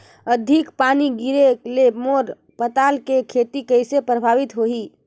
अधिक पानी गिरे ले मोर पताल के खेती कइसे प्रभावित होही?